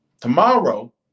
tomorrow